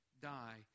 die